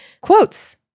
quotes